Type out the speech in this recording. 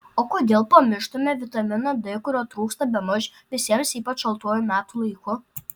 o kodėl pamištame vitaminą d kurio trūksta bemaž visiems ypač šaltuoju metų laiku